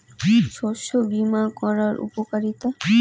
শস্য বিমা করার উপকারীতা?